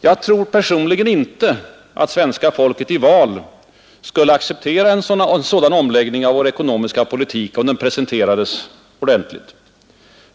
Jag tror personligen inte att svenska folket i val skulle acceptera en sådan omläggning av vår ekonomiska politik, om den presenterades ordentligt.